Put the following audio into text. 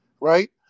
right